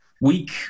week